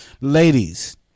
ladies